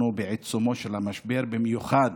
אנחנו בעיצומו של המשבר, במיוחד